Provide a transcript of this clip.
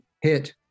hit